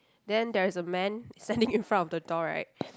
then there is a man standing in front of the door right